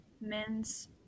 men's